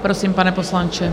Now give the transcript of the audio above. Prosím, pane poslanče.